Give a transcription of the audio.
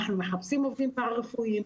אנחנו מחפשים עובדים פרה-רפואיים,